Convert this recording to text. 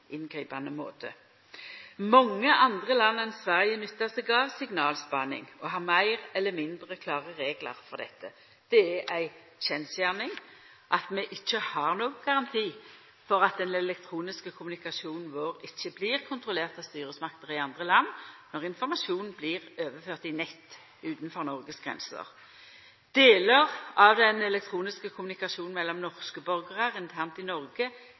inngripande måte. Mange andre land enn Sverige nyttar seg av signalspaning og har meir eller mindre klåre reglar for dette. Det er ei kjensgjerning at vi ikkje har nokon garanti for at den elektroniske kommunikasjonen vår ikkje blir kontrollert av styresmakter i andre land, når informasjonen blir overført i nett utanfor Noregs grenser. Delar av den elektroniske kommunikasjonen mellom norske borgarar internt i Noreg